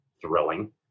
thrilling